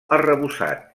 arrebossat